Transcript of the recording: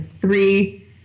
three